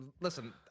listen